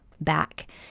back